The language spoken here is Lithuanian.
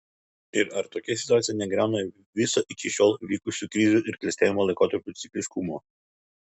ir ar tokia situacija negriauna viso iki šiol vykusių krizių ir klestėjimo laikotarpių cikliškumo